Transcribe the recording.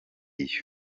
iyo